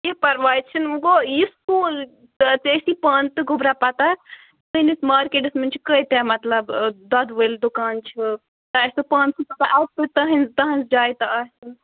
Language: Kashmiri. کیٚنٛہہ پرواے چھُنہٕ وۄنۍ گوٚو یہِ سکوٗل ژےٚ ٲسی پانہٕ تہٕ گوٚبراہ پَتہ سٲنِس مارکیٹَس منٛز چھِ کۭتیاہ مطلب دۄدٕ وٲلۍ دُکان چھِ تۄہہِ آسیو پانہٕ تہٕ پَتہ تٕہٕنٛز تٕہٕنٛز جاے تہٕ آسِوٕ